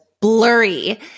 blurry